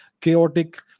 chaotic